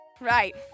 Right